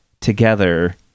together